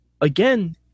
again